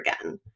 again